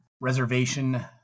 reservation